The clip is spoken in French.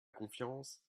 confiance